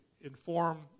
inform